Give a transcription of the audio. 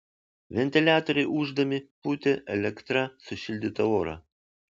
ventiliatoriai ūždami pūtė elektra sušildytą orą